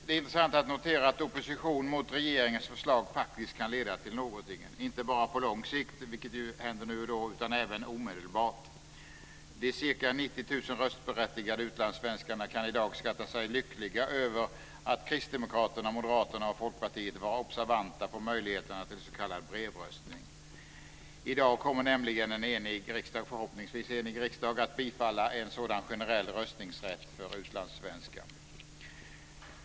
Det är intressant att notera att opposition mot regeringens förslag faktiskt kan leda till något - inte bara på lång sikt, vilket händer nu och då, utan även omedelbart. De ca 90 000 röstberättigade utlandssvenskarna kan i dag skatta sig lyckliga över att Kristdemokraterna, Moderaterna och Folkpartiet har varit observanta på möjligheterna till s.k. brevröstning. I dag kommer nämligen en förhoppningsvis enig riksdag att bifalla en sådan generell röstningsrätt för utlandssvenskar.